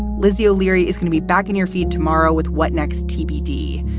lizzie o'leary is going to be back on your feet tomorrow with what next tbd.